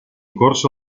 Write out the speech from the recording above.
corso